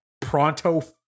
pronto